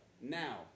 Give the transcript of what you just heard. Now